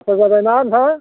जाबाय ना नोंथां